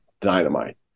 dynamite